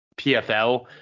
PFL